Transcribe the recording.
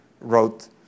wrote